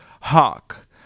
hawk